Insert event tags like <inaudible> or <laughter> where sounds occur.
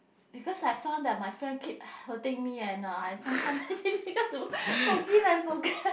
because I found that my friend keep hurting me and uh I sometime <laughs> very difficult to forgive and forget <laughs>